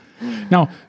Now